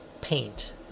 paint